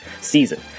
season